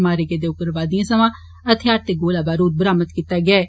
मारे गेदे उग्रवादियें समां हथियार ते गोला बारुद बरामद कीता गेआ ऐ